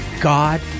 God